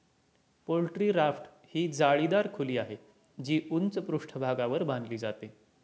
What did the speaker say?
poultry raft ही जाळीदार खोली आहे, जी उंच पृष्ठभागावर बांधली जाते